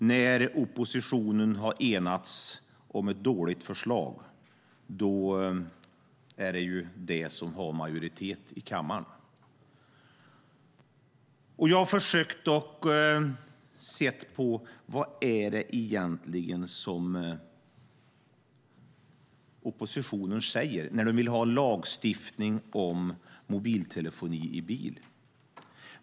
När oppositionen har enats om ett dåligt förslag är det den som har majoritet i kammaren. Jag har försökt att se på vad det egentligen är oppositionen säger när de vill ha lagstiftning om mobiltelefoni i bil.